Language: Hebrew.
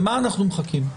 למה אנחנו מחכים?